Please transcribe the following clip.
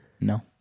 No